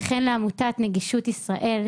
וכן לעמותת נגישות ישראל,